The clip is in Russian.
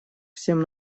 всем